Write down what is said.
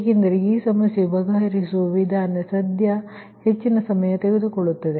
ಏಕೆಂದರೆ ಈ ಸಮಸ್ಯೆಯನ್ನು ಬಗೆಹರಿಸುವ ವಿಧಾನ ಸದ್ಯ ಹೆಚ್ಚಿನ ಸಮಯ ತೆಗೆದುಕೊಳ್ಳುತದೆ